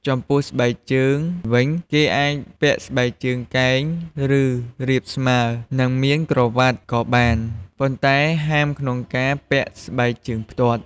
ចំពោះស្បែកជើងវិញ គេអាចពាក់ស្បែកជើងកែង ឬ រាបស្មើ និងមានក្រវាត់ក៏បាន ប៉ុន្តែហាមក្នុងការពាក់ស្បែកជើងផ្ទាត់ ។